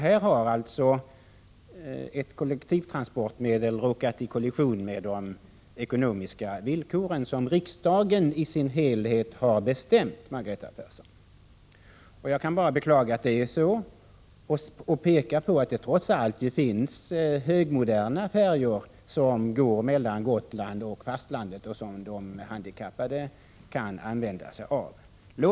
Här har ett kollektivtrafikmedel råkat i kollision med de ekonomiska villkor som riksdagen i dess helhet har bestämt, Margareta Persson. Jag kan bara beklaga att det är så och peka på att det trots allt finns högmoderna färjor som går mellan Gotland och fastlandet och som de handikappade kan använda sig av. Herr talman!